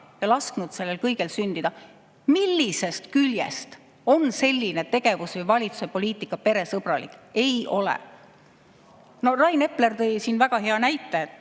lasknud sellel kõigel sündida. Millisest küljest on selline tegevus või valitsuse poliitika peresõbralik? Ei ole! Rain Epler tõi väga hea näite.